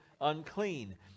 unclean